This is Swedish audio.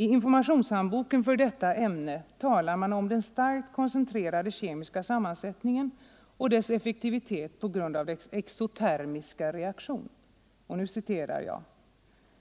I informationshandboken för detta ämne talar man om den starkt koncentrerade kemiska sammansättningen och dess effektivitet på grund av den exotermiska reaktionen.